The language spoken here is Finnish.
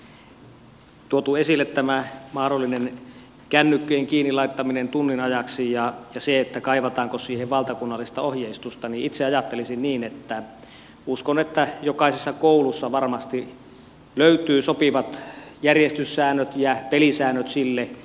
kun täällä on tuotu esille tämä mahdollinen kännykköjen kiinni laittaminen tunnin ajaksi ja se kaivataanko siihen valtakunnallista ohjeistusta niin itse ajattelisin niin että uskon että jokaisessa koulussa varmasti löytyy sopivat järjestyssäännöt ja pelisäännöt sille